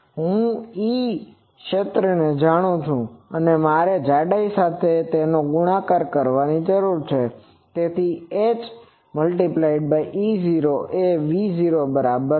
હું e ક્ષેત્રને જાણું છું અને મારે જાડાઈ સાથે તેનો ગુણાકાર કરવાની જરૂર છે તેથી h×E0 એ V0 ની બરાબર છે